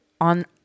on